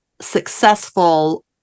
successful